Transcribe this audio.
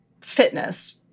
fitness